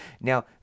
Now